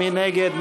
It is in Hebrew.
מי נגד?